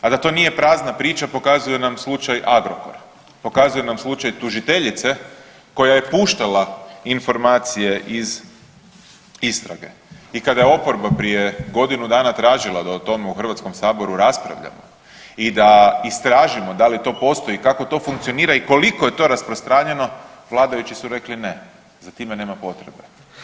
A da to nije prazna priča pokazuje nam slučaj AGROKOR, pokazuje nam slučaj tužiteljice koja je puštala informacije iz istrage i kada je oporba prije godinu dana tražila da o tome u Hrvatskom saboru raspravljamo i da istražimo da li to postoji i kako to funkcionira i koliko je to rasprostranjeno, vladajući su rekli ne, za time nema potrebe.